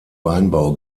weinbau